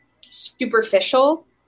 superficial